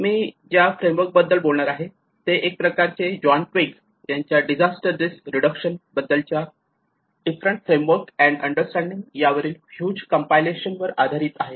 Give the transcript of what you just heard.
मी ज्या फ्रेमवर्क बद्दल बोलणार आहे ते एक प्रकारे जॉन ट्विग यांच्या डिझास्टर रिस्क रिडक्शन बद्दलच्या डिफरंट फ्रेमवर्क अँड अंडरस्टँडिंग यावरील ह्यूज कंपायलेशन वर आधारित आहे